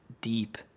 deep